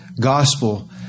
gospel